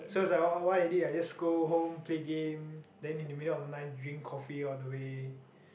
so it's like orh what I did ah I just go home play game then in the middle of the night drink coffee all the way